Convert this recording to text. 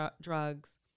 drugs